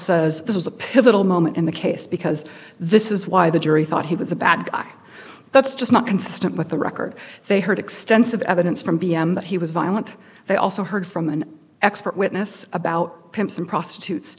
says this was a pivotal moment in the case because this is why the jury thought he was a bad guy that's just not consistent with the record they heard extensive evidence from d m that he was violent they also heard from an expert witness about pimps and prostitutes